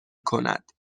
کند